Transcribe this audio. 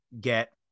get